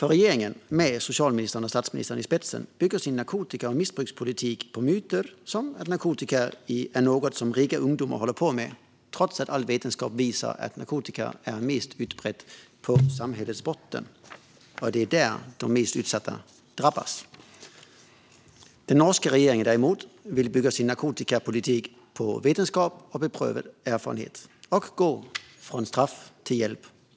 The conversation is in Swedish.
Regeringen, med socialministern och statsministern i spetsen, bygger nämligen sin narkotika och missbrukspolitik på myter som att narkotika är något som rika ungdomar håller på med, fru talman - trots att all vetenskap visar att narkotikan är mest utbredd på samhällets botten och att det är där de mest utsatta drabbas. Den norska regeringen vill däremot bygga sin narkotikapolitik på vetenskap och beprövad erfarenhet och går från straff till hjälp.